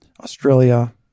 Australia